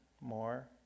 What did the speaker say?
more